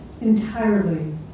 entirely